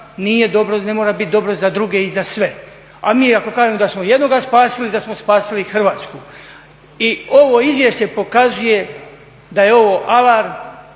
jednoga ne mora biti dobro za druge i za sve. A mi ako kažemo da smo jednoga spasili onda smo spasili Hrvatsku. I ovo izvješće pokazuje da je ovo alarm,